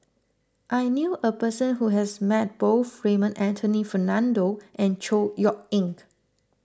I knew a person who has met both Raymond Anthony Fernando and Chor Yeok Eng